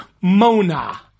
Mona